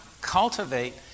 cultivate